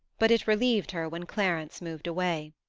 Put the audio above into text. but it relieved her when clarence moved away.